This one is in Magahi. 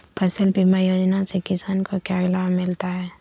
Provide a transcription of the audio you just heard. फसल बीमा योजना से किसान को क्या लाभ मिलता है?